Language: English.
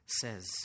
says